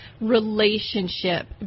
Relationship